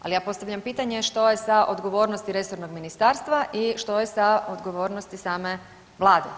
Ali ja postavljam pitanje, što je sa odgovornosti resornog ministarstva i što je sa odgovornosti same Vlade?